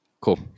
cool